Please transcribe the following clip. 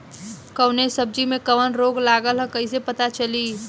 कौनो सब्ज़ी में कवन रोग लागल ह कईसे पता चली?